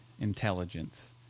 intelligence